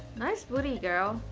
nice booty girl.